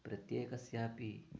प्रत्येकस्यापि